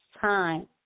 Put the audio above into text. time